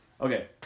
Okay